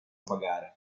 pagare